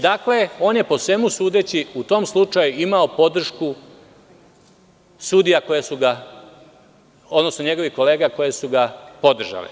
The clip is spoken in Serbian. Dakle, on je po svemu sudeći u tom slučaju imao podršku sudija koje su ga, odnosno njegovih kolega, podržale.